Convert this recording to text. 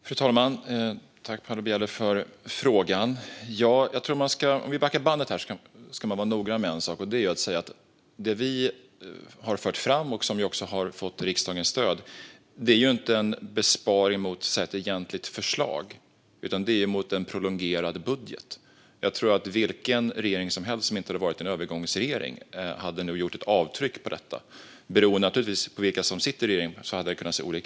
Fru talman! Tack, Paula Bieler, för frågan! Låt oss backa bandet något. Man måste vara noggrann. Vad vi har fört fram och som vi också har fått riksdagens stöd för handlar inte om en besparing av ett egentligt förslag utan om en prolongerad budget. Jag tror att vilken regering som helst som inte hade varit en övergångsregering hade gjort ett avtryck här. Det hade naturligtvis sett olika ut beroende på vem som satt i en sådan regering.